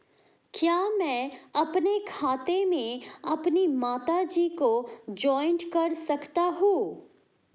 क्या मैं अपने खाते में अपनी माता जी को जॉइंट कर सकता हूँ?